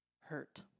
hurt